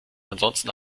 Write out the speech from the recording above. ansonsten